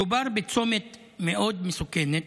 מדובר בצומת מאוד מסוכן,